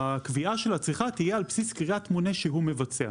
שהקביעה של הצריכה תהיה על בסיס קריאת מונה שהוא מבצע,